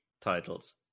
titles